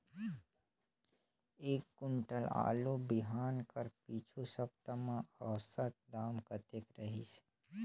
एक कुंटल आलू बिहान कर पिछू सप्ता म औसत दाम कतेक रहिस?